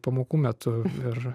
pamokų metu ir